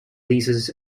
leases